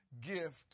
gift